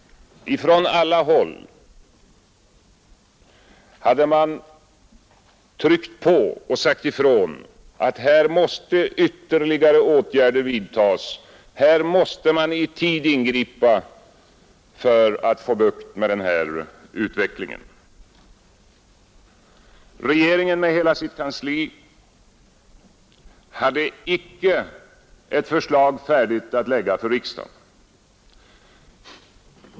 Från alla håll hade man tryckt på och sagt ifrån att här måste ytterligare åtgärder vidtas, här måste man i tid ingripa för att få bukt med utvecklingen. Regeringen med hela sitt kansli hade icke ett förslag färdigt att framlägga för riksdagen.